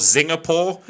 Singapore